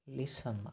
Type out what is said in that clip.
Lissamma